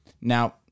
Now